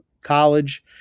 college